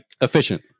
Efficient